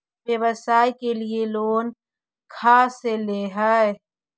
व्यवसाय के लिये लोन खा से ले?